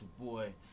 boy